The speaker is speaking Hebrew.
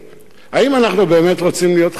האם אנחנו באמת רוצים להיות חברתיים?